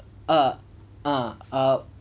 ah ah ah